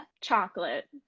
chocolate